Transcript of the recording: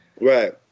Right